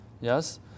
Yes